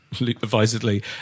advisedly